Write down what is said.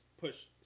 push